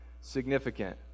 significant